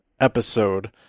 episode